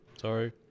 Sorry